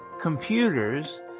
computers